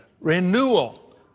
renewal